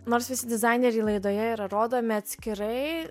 nors visi dizaineriai laidoje yra rodomi atskirai